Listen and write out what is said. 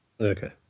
Okay